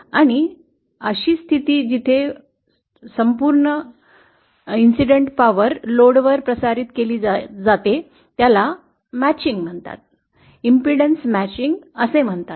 आणि अशी स्थिती जिथे संपूर्ण घटनेची शक्ती लोडवर प्रसारित केली जाते त्याला मॅचिंग इम्पेडन्स मॅचिंग असे म्हणतात